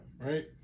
right